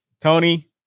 Tony